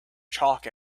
chalk